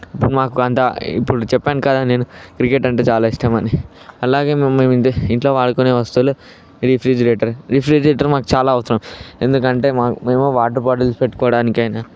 ఇప్పుడు మాకు అంత ఇప్పుడు చెప్పాను కదా నేను క్రికెట్ అంటే చాలా ఇష్టమని అలాగే మేము ఇంట్లో వాడుకునే వస్తువులు రిఫ్రిజిరేటర్ రిఫ్రిజిరేటర్ మాకు చాలా అవసరం ఎందుకంటే మా మేము వాటర్ బాటిల్స్ పెట్టుకోవడానికైనా